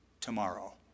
tomorrow